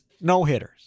no-hitters